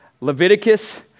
Leviticus